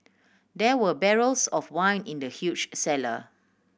there were barrels of wine in the huge cellar